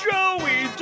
Joey